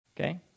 Okay